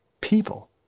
people